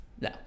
No